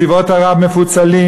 צבאות ערב מפוצלים,